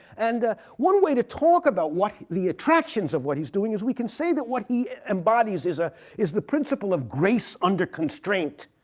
and one way to talk about the attractions of what he's doing is we can say that what he embodies is ah is the principle of grace under constraint,